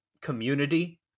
community